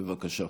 בבקשה.